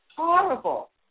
Horrible